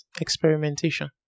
experimentation